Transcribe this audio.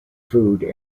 food